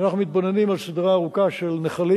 כשאנחנו מתבוננים על סדרה ארוכה של נחלים